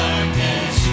Darkness